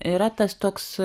yra tas toks